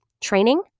training